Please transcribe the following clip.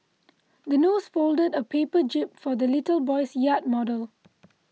the nurse folded a paper jib for the little boy's yacht model